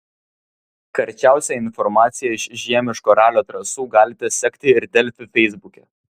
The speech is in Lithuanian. karčiausią informaciją iš žiemiško ralio trasų galite sekti ir delfi feisbuke